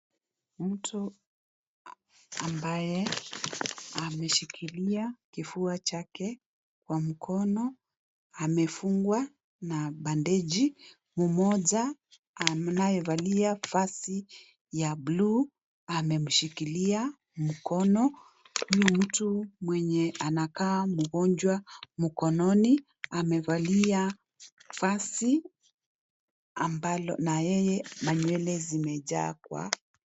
Mtu ambaye ameshikilia kifua chake kwa mkono amefungwa na bandeji mguu mmoja anayevalia vazi ya blue amemshikilia mkono huyu mtu mwenye anaakaa mgonjwa mkononi amevalia vazi ambalo na yeye nywele zimejaa kwa...